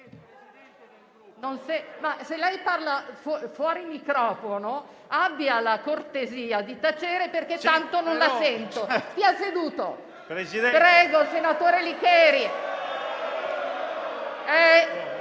Presidente del Gruppo